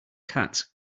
cats